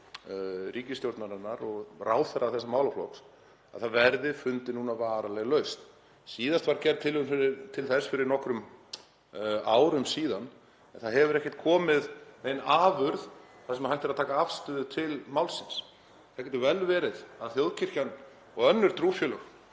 ríkisstjórnarinnar og ráðherra þessa málaflokks, að það verði núna fundin varanleg lausn. Síðast var gerð tilraun til þess fyrir nokkrum árum en það hefur ekki komið nein afurð þar sem hægt er að taka afstöðu til málsins. Það getur vel verið að þjóðkirkjan og önnur trúfélög